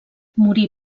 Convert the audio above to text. morí